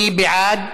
מי שבעד,